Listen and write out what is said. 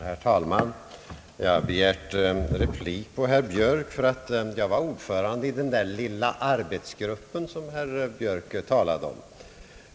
Herr talman! Jag har begärt att få replikera herr Björk, därför att jag var ordförande i den där »lilla arbetsgruppen» som herr Björk talade om.